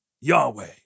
Yahweh